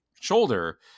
shoulder